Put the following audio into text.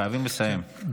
חייבים לסיים.